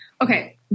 Okay